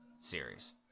series